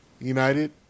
United